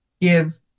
give